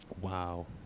Wow